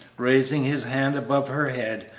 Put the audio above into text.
raising his hand above her head,